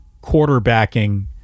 quarterbacking